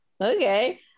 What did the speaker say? okay